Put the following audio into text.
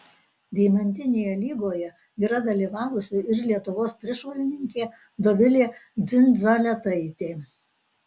deimantinėje lygoje yra dalyvavusi ir lietuvos trišuolininkė dovilė dzindzaletaitė